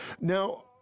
Now